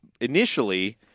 initially